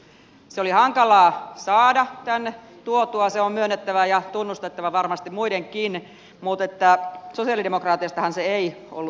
se oli hankalaa saada tänne tuotua se on myönnettävä ja tunnustettava varmasti muidenkin mutta sosialidemokraateistahan se ei ollut kiinni